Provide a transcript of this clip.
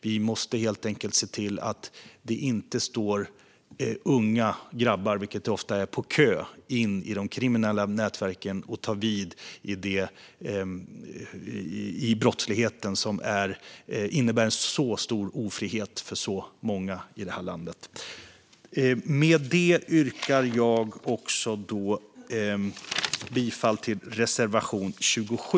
Vi måste helt enkelt se till att det inte står unga grabbar, vilket det ofta är, på kö till de kriminella nätverken och tar vid i den brottslighet som innebär så stor ofrihet för så många i det här landet. Med detta yrkar jag bifall till reservation 27.